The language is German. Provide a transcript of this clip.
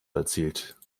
erzielt